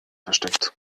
versteckt